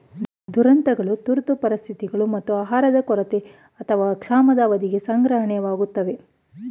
ದುರಂತಗಳು ತುರ್ತು ಪರಿಸ್ಥಿತಿಗಳು ಮತ್ತು ಆಹಾರದ ಕೊರತೆ ಅಥವಾ ಕ್ಷಾಮದ ಅವಧಿಗೆ ಸಂಗ್ರಹಣೆ ಸಹಾಯಕವಾಗಯ್ತೆ